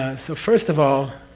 so, first of all